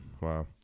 Wow